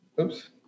oops